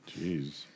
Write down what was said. Jeez